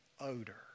odor